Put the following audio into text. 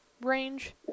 range